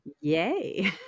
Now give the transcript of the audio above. yay